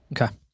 Okay